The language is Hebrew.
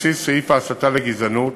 שבבסיס סעיף ההסתה לגזענות,